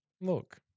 Look